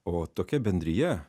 o tokia bendrija